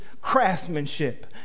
craftsmanship